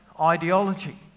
ideology